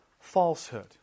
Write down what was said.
falsehood